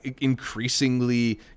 increasingly